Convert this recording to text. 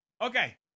Okay